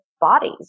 bodies